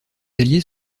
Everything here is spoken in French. alliés